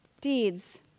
deeds